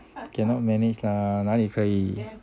cannot manage lah 哪里可以